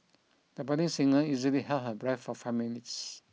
the budding singer easily held her breath for five minutes